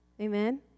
amen